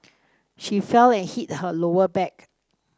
she fell and hit her lower back